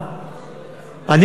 הוא לא שומע אותך, תגידי לו את זה.